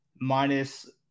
minus